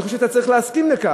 ואני חושב שאתה צריך להסכים לכך,